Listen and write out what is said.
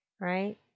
right